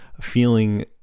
feeling